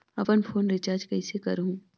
अपन phone recharge कइसे करहु?